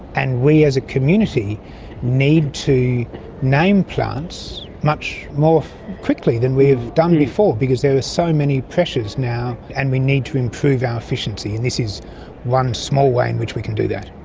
and we as a community need to name plants much more quickly than we have done before because there are so many pressures now and we need to improve our efficiency, and this is one small way in which we can do that.